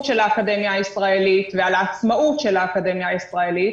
של האקדמיה הישראלית ועל העצמאות של האקדמיה הישראלית,